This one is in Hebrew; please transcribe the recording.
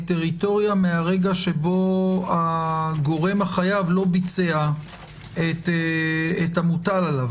מהרגע שבו הגורם החייב לא ביצע את המוטל עליו.